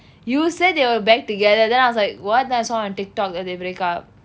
you said they were back together then I was like what then I saw on Tik Tok that they break up